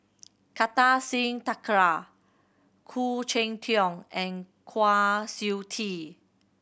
Kartar Singh Thakral Khoo Cheng Tiong and Kwa Siew Tee